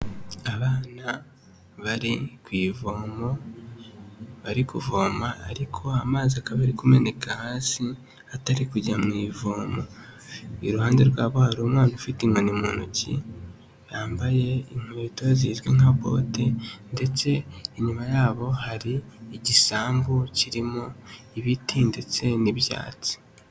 Abana bari ku ivomo bari kuvoma ariko amazi akaba ari kumeneka hasi atari kujya mu ivomo, iruhande rwabo hari umwana ufite inkoni mu ntoki, yambaye inkweto zizwi nka bote ndetse inyuma yabo hari igisambu kirimo ibiti ndetse n'ibyatsi.